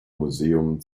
museum